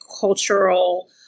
cultural